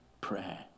prayer